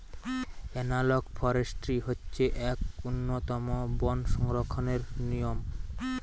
analogue forestry হচ্ছে এক উন্নতম বন সংরক্ষণের নিয়ম